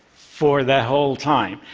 for the whole time.